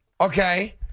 okay